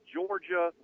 Georgia